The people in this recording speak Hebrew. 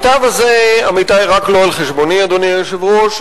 רק לא על חשבוני, אדוני היושב-ראש.